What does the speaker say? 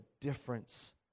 difference